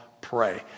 pray